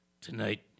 tonight